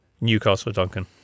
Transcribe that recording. Newcastle-Duncan